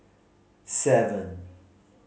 seven